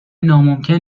ناممکن